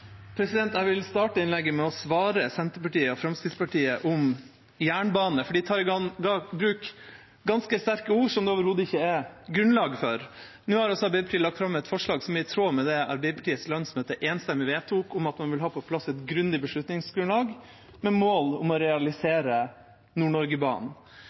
Fremskrittspartiet om jernbane, for de tar i bruk ganske sterke ord som det overhodet ikke er grunnlag for. Nå har altså Arbeiderpartiet lagt fram et forslag som er i tråd med det Arbeiderpartiets landsmøte enstemmig vedtok, om at man vil ha på plass et grundig beslutningsgrunnlag med mål om å